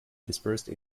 dispersed